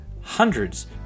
hundreds